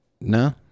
No